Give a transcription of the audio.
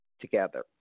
together